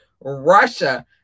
Russia